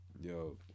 Yo